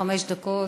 חמש דקות.